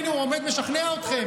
הינה, הוא עומד ומשכנע אתכם.